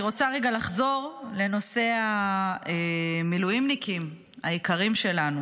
אני רוצה רגע לחזור לנושא המילואימניקים היקרים שלנו,